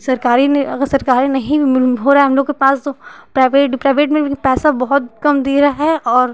सरकारी ने अगर सरकारी नही हो रहा है हम लोग के पास तो प्राइवेट प्राइवेट में लेकिन पैसा बहुत कम दे रहे हैं और